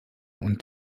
und